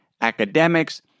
academics